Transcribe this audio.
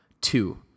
Two